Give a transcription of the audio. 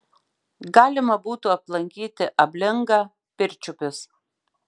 galima būtų aplankyti ablingą pirčiupius